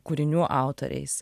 kūrinių autoriais